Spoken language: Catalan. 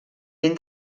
ben